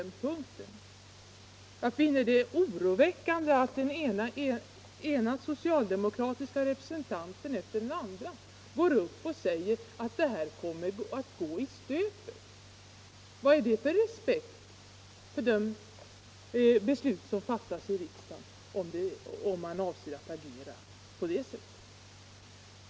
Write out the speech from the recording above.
Jag finner det oroväckande att den ena socialdemokratiska representanten efter den andra står upp och säger att detta kommer att gå i stöpet. Vad är det för respekt för de beslut som fattas av riksdagen, om avsikten är att agera på det sättet?